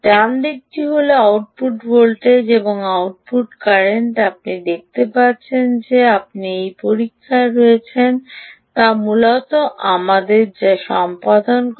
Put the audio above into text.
ডান দিকটি হল output voltage এবং আউটপুট কারেন্ট আপনি দেখতে পাচ্ছেনযে আপনি এই পরীক্ষায় রয়েছেন তা মূলত আমাদের যা সম্পাদন করে